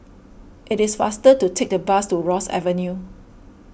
it is faster to take the bus to Ross Avenue